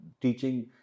teaching